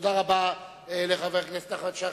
תודה רבה לחבר הכנסת נחמן שי.